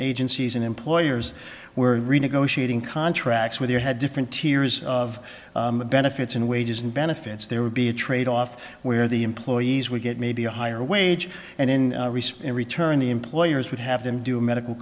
agencies and employers were renegotiating contracts with their had different tiers of benefits and wages and benefits there would be a trade off where the employees would get maybe a higher wage and in research and return the employers would have them do a medical